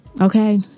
Okay